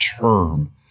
term